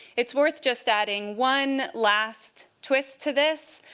it's worth just adding one last twist to this,